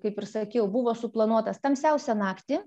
kaip ir sakiau buvo suplanuotas tamsiausią naktį